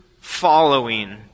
following